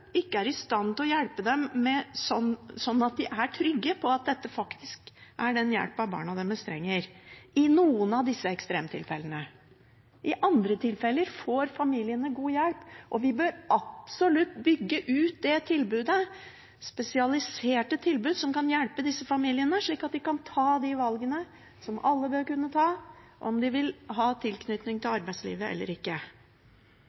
ikke er i stand til å hjelpe dem slik at de er trygge på at dette faktisk er den hjelpen barna deres trenger i noen av disse ekstremtilfellene. I andre tilfeller får familiene god hjelp, og man bør absolutt bygge ut det tilbudet – spesialiserte tilbud som kan hjelpe disse familiene, slik at de kan ta de valgene som alle bør kunne ta om hvorvidt de vil ha tilknytning til